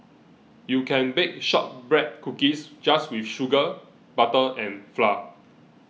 you can bake Shortbread Cookies just with sugar butter and flour